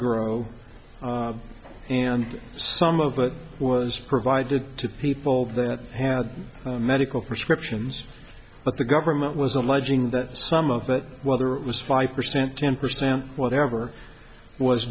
grow and some of it was provided to people that had medical prescriptions but the government was alleging that some of it whether it was five percent ten percent whatever was